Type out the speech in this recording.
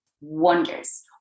wonders